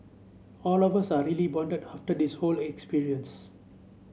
all of us are really bonded after this whole experience